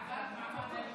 21 בעד, מתנגדים,